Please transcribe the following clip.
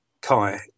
Kai